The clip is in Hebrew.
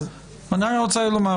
אני אומר שוב,